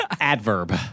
Adverb